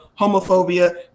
homophobia